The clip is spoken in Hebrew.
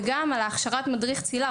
וגם על הכשרת מדריך הצלילה.